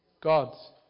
God's